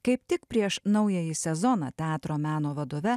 kaip tik prieš naująjį sezoną teatro meno vadove